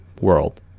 world